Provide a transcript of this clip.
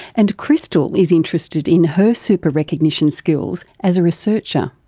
and christel is interested in her super recognition skills as a researcher.